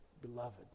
beloved